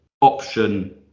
option